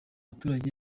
baturage